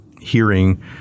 hearing